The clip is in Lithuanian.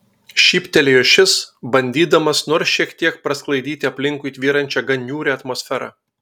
šyptelėjo šis bandydamas nors šiek tiek prasklaidyti aplinkui tvyrančią gan niūrią atmosferą